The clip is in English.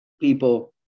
people